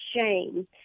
shame